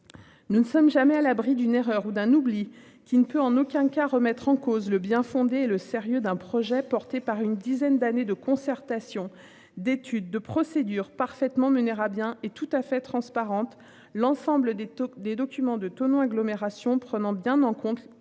Nous ne sommes jamais à l'abri d'une erreur ou d'un oubli qui ne peut en aucun cas remettre en cause le bien-fondé le sérieux d'un projet porté par une dizaine d'années de concertation d'études de procédure parfaitement mené à bien et tout à fait transparente l'ensemble des taux des documents de Thonon agglomération prenant bien en compte dans